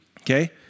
okay